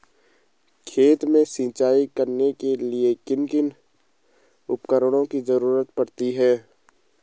खेत में सिंचाई करने के लिए किन किन उपकरणों की जरूरत पड़ती है?